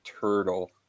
turtle